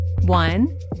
One